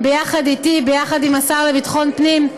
ביחד איתי וביחד עם השר לביטחון פנים,